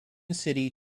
city